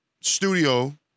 studio